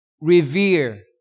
revere